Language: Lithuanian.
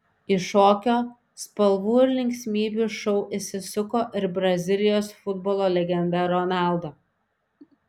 į šokio spalvų ir linksmybių šou įsisuko ir brazilijos futbolo legenda ronaldo